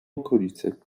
okolicy